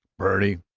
purdy,